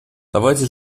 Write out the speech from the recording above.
давайте